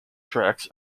tracts